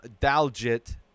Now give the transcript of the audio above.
Daljit